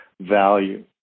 value